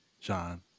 john